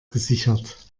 gesichert